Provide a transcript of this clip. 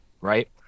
right